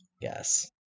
yes